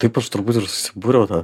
taip aš turbūt ir susibūriau tą